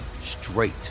straight